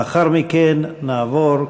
לאחר מכן נעבור,